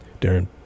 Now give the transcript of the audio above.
Darren